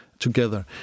together